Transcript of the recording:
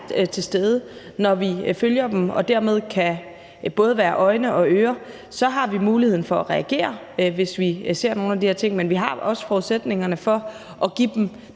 til stede, når vi følger dem og dermed både kan være øjne og ører, så har muligheden for at reagere, hvis vi ser nogle af de her ting. Men vi har også forudsætningerne for at give dem